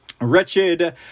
wretched